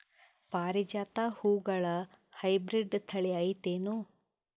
ಪಾರಿಜಾತ ಹೂವುಗಳ ಹೈಬ್ರಿಡ್ ಥಳಿ ಐತೇನು?